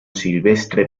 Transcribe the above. silvestre